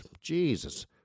Jesus